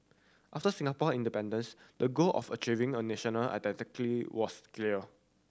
after Singapore independence the goal of achieving a national was clear